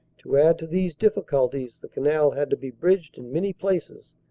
to add to these difficulties the canal had to be bridged in many places,